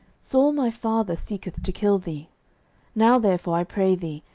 saul my father seeketh to kill thee now therefore, i pray thee,